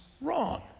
wrong